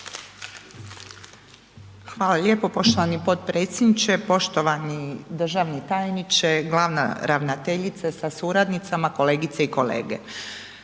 Hvala lijepo poštovani potpredsjedniče. Poštovani državni tajnice, glavna ravnateljice sa suradnicama, kolegice i kolege.